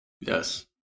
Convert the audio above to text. Yes